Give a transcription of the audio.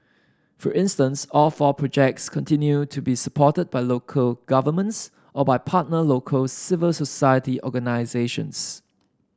for instance all four projects continue to be supported by local governments or by partner local civil society organisations